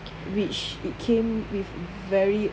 which it came with very